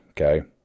okay